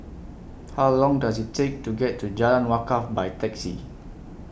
How Long Does IT Take to get to Jalan Wakaff By Taxi